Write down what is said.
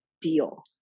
deal